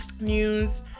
news